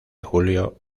julio